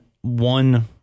one